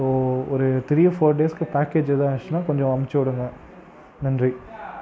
so ஒரு three four டேஸ்க்கு package எதாது இருந்துச்சுனால் கொஞ்சம் அம்ச்சுடுங்கள் நன்றி